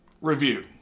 review